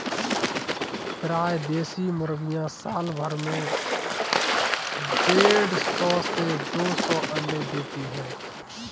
प्रायः देशी मुर्गियाँ साल भर में देढ़ सौ से दो सौ अण्डे देती है